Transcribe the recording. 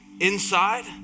inside